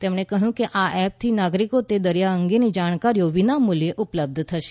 તેમણે કહ્યું કે આ એપથી નાગરિકો તે દરિયા અંગેની જાણકારીઓ વિના મુખ્યે ઉપલબ્ધ થશે